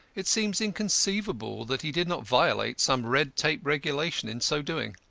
it seems inconceivable that he did not violate some red-tape regulation in so doing.